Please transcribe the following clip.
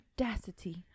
audacity